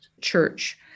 church